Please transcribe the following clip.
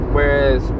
Whereas